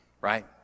right